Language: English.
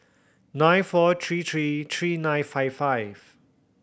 nine four three three three nine five five